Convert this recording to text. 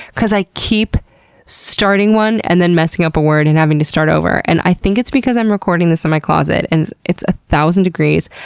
because i keep starting one and then messing up a word and then having to start over. and i think it's because i'm recording this in my closet, and it's a thousand degrees.